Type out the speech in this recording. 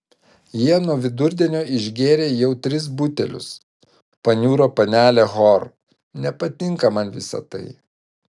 jie nuo vidurdienio išgėrė jau tris butelius paniuro panelė hor nepatinka man visa tai